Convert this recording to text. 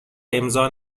امضا